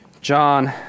John